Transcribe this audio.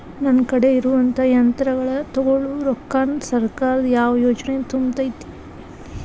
ನನ್ ಕಡೆ ಇರುವಂಥಾ ಯಂತ್ರಗಳ ತೊಗೊಳು ರೊಕ್ಕಾನ್ ಸರ್ಕಾರದ ಯಾವ ಯೋಜನೆ ತುಂಬತೈತಿ?